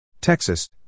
Texas